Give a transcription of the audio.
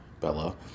Bella